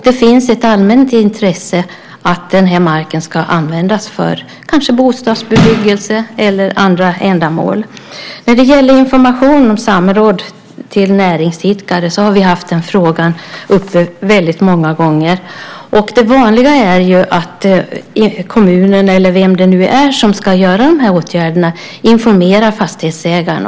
Det finns ett allmänt intresse att marken ska användas för bostadsbebyggelse eller andra ändamål. När det gäller information och samråd med näringsidkare har vi tagit upp den frågan väldigt många gånger. Det vanliga är att kommunen eller vem det nu är som ska göra åtgärderna informerar fastighetsägaren.